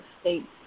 states